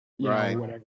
right